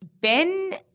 Ben